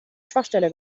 schwachstelle